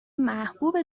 محبوب